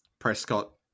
Prescott